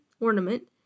ornament